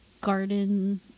garden